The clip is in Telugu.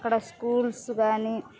అక్కడ స్కూల్స్ కానీ